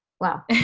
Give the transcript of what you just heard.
Wow